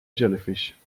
jellyfish